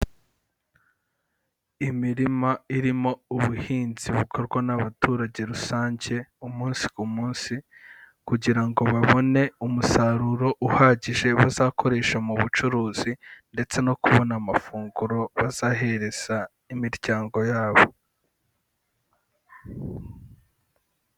Imirima irimo ubuhinzi bukorwa n'abaturage rusange, umunsi ku munsi kugira ngo babone umusaruro uhagije bazakoresha mu bucuruzi ndetse no kubona amafunguro bazahereza imiryango yabo.